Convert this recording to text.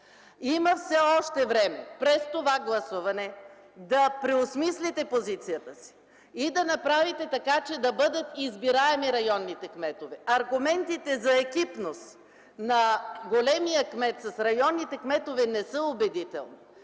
все още има време – през това гласуване да преосмислите позицията си и да направите така, че районните кметове да бъдат избираеми. Аргументите за екипност на големия кмет с районните кметове не са убедителни.